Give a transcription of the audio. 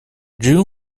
june